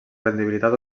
rendibilitat